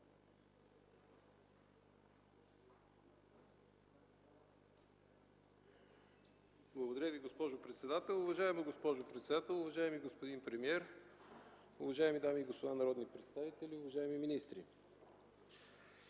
Благодаря Ви, госпожо председател. Уважаема госпожо председател, уважаеми господин премиер, уважаеми дами и господа народни представители, уважаеми министри!